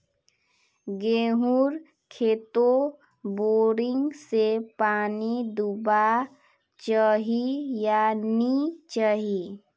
गेँहूर खेतोत बोरिंग से पानी दुबा चही या नी चही?